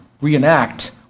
reenact